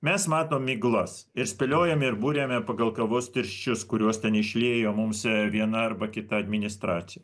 mes matom miglas ir spėliojam ir buriame pagal kavos tirščius kuriuos ten išliejo mums viena arba kita administracija